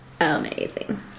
Amazing